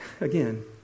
again